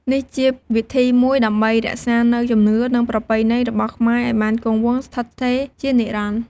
នេះជាវិធីមួយដើម្បីរក្សានូវជំនឿ និងប្រពៃណីរបស់ខ្មែរឱ្យបានគង់វង្សស្ថិតស្ថេរជានិរន្តរ៍។